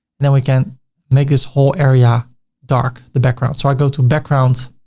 then we can make this whole area dark, the background. so i go to backgrounds